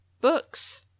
books